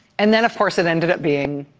and then, of course, it ended up being